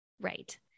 Right